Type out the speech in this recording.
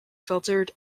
filtered